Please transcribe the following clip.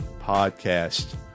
podcast